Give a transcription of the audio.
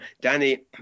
Danny